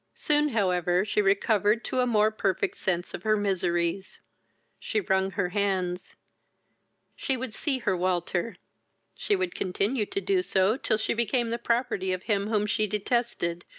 soon however she recovered to a more perfect sense of her miseries she wrung her hands she would see her walter she would continue to do so till she became the property of him whom she detested,